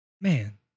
Man